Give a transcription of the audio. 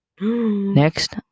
Next